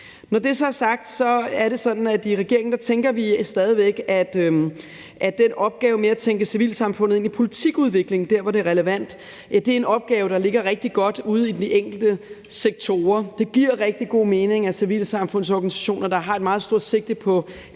Når det er sagt, er det sådan, at vi i regeringen stadig væk tænker, at den opgave med at tænke civilsamfundet ind i politikudviklingen dér, hvor det er relevant, er en opgave, der ligger rigtig godt ude i de enkelte sektorer. Det giver rigtig god mening, at civilsamfundsorganisationer, der har et meget stort fokus på